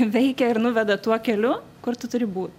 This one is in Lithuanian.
veikia ir nuveda tuo keliu kur tu turi būt